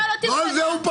לא על זה הוא פרש.